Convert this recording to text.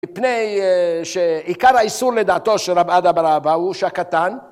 מפני שעיקר האיסור לדעתו של רב אדא בר אבא הוא שהקטן